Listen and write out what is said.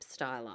styler